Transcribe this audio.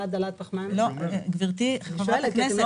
גברתי חברת הכנסת, לא